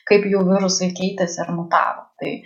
kaip jau virusai keitėsi ir mutavo tai